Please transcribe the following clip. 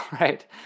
right